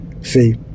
See